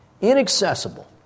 inaccessible